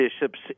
bishops